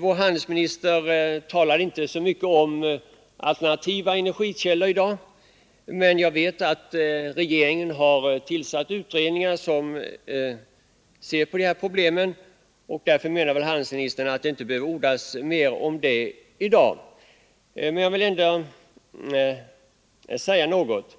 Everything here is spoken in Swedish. Vår handelsminister talade inte så mycket om alternativa energikällor i dag, men regeringen har ju tillsatt utredningar som ser på de här problemen, och därför menar väl handelsministern att det inte behöver ordas mer om saken just nu. Men jag vill ändå säga något.